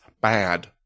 bad